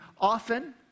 often